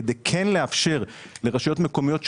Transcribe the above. כדי כן לאפשר לרשויות מקומיות,